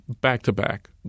back-to-back